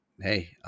hey